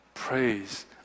praise